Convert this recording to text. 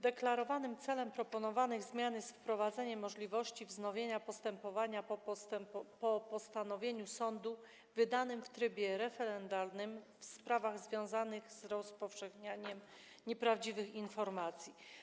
Deklarowanym celem proponowanych zmian jest wprowadzenie możliwości wznowienia postępowania po postanowieniu sądu wydanym w trybie referendalnym w sprawach związanych z rozpowszechnianiem nieprawdziwych informacji.